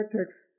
Text